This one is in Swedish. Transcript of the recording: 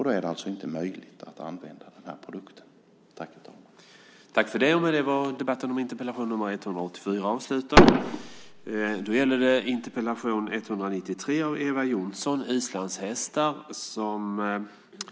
Då är det inte möjligt att använda produkten.